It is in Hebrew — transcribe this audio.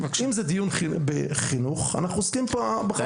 אם זה דיון בחינוך אנחנו עוסקים פה -- אתה